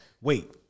wait